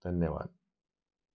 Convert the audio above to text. धन्यवाद